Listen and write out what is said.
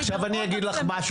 עוד מצלמות.